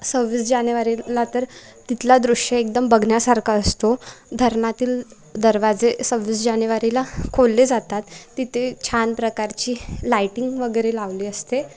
सव्वीस जानेवारीला तर तिथला दृश्य एकदम बघण्यासारखा असतो धरणातील दरवाजे सव्वीस जानेवारीला खोलले जातात तिथे छान प्रकारची लाईटिंग वगैरे लावली असते